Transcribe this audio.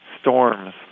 storms